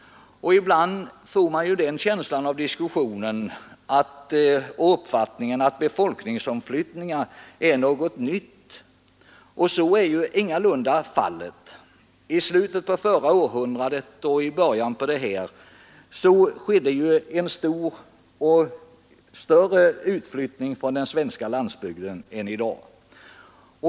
Av diskussionen kan man få den uppfattningen att befolkningsomflyttningar är någonting nytt, men så är ingalunda fallet. I slutet av förra århundradet och i början av detta århundrade skedde en större utflyttning från den svenska landsbygden än i dag.